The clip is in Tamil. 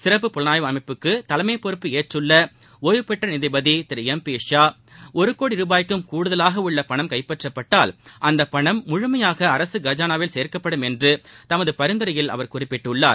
சிறப்பு புலனாய்வு அமைப்புக்கு தலைமை பொறுப்பு ஏற்றுள்ள ஒய்வு பெற்ற நீதிபதி திரு எம் பி ஷா ஒரு கோடி ரூபாயக்கும் கூடுதலாக உள்ள பணம் கைப்பற்றப்பட்டால் அந்தப் பணம் முழுமையாக அரசு கஜானாவில் சேர்க்கப்படும் என்று தமது பரிந்துரையில் குறிப்பிட்டுள்ளார்